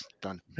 done